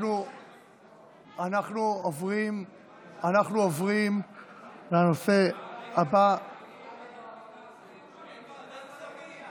לוועדת הכספים.